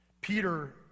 Peter